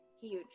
huge